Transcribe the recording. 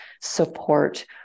support